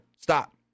stop